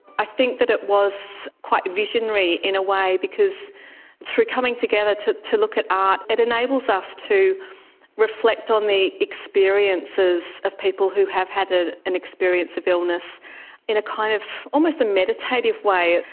i think that it was quite visionary in a way, because through coming together to to look at art it enables us to reflect on the experiences of people who have had ah an experience of illness in a kind of almost a meditative way.